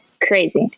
crazy